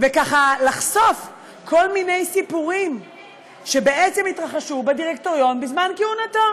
וככה לחשוף כל מיני סיפורים שהתרחשו בדירקטוריון בזמן כהונתו,